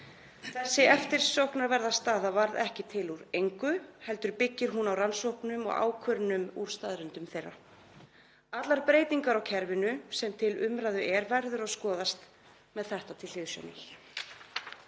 Þessi eftirsóknarverða staða varð ekki til úr engu heldur byggir hún á rannsóknum og ákvörðunum út frá staðreyndum þeirra. Allar breytingar á kerfinu sem til umræðu eru verða að skoðast með þetta til hliðsjónar.